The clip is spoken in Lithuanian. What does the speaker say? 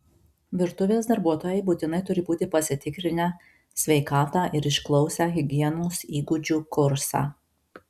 virtuvės darbuotojai būtinai turi būti pasitikrinę sveikatą ir išklausę higienos įgūdžių kursą